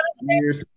years